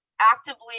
actively